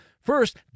First